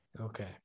Okay